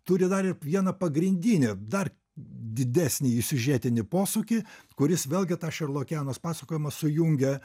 turi dar ir vieną pagrindinį dar didesnį siužetinį posūkį kuris vėlgi tą šerlokeanos pasakojimą sujungia